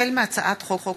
החל בהצעת חוק